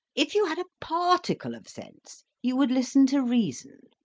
if you had a particle of sense, you would listen to reason.